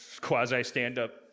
quasi-stand-up